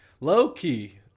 Low-key